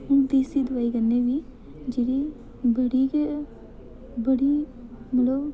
देसी दोआई कन्नै बी जेह्ड़ी बड़ी गै बड़ी मतलब